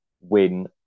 win